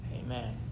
Amen